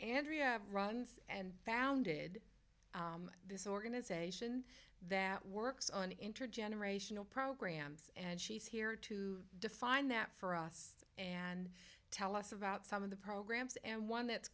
andrea runs and founded this organization that works on intergenerational programs and she's here to define that for us and tell us about some of the programs and one that's